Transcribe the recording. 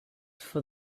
for